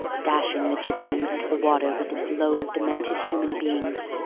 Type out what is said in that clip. dashing the jib-boom into the water with its load of demented human beings.